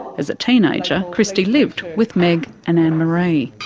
as a teenager christy lived with meg and anne-marie.